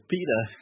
Peter